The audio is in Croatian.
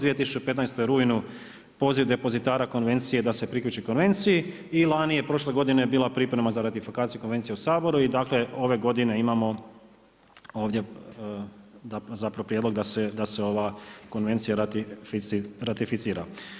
2015. u rujnu poziv depozitara konvencije da se priključi konvenciji i lani je prošle godine bila priprema za ratifikaciju konvencije u Saboru i dakle, ove godine imamo ovdje, zapravo prijedlog da se ova konvencija ratificira.